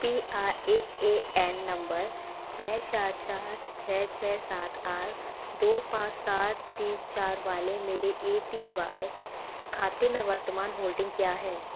P R A A N number छः चार चार छः छः सात आठ दो पाँच सात तीन चार वाले मेरे ए पी वाई खाते में वर्तमान होल्डिंग व क्या है